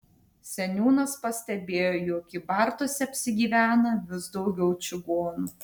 seniūnas pastebėjo jog kybartuose apsigyvena vis daugiau čigonų